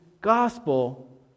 gospel